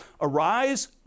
Arise